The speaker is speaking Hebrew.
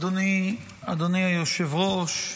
אדוני היושב-ראש,